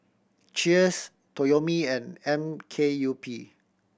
Cheers Toyomi and M K U P